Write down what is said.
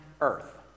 Earth